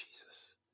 Jesus